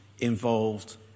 involved